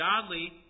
godly